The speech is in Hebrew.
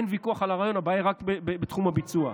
הבעיה היא רק בתחום הביצוע.